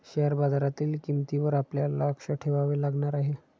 share बाजारातील किंमतींवर आपल्याला लक्ष ठेवावे लागणार आहे